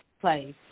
place